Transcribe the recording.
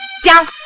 don't